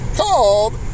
called